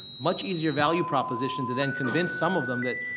much easier value proposition to then convince some of them that,